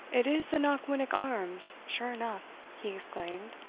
it is the knockwinnock arms, sure enough, he exclaimed,